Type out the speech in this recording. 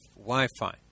Wi-Fi